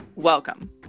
Welcome